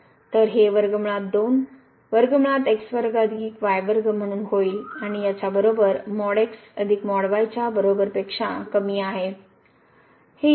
तर हे म्हणून होईल आणि याच्या बरोबर च्या बरोबर पेक्षा कमी आहे